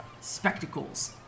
spectacles